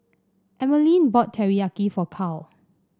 Emeline bought Teriyaki for Carl